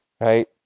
Right